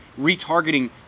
retargeting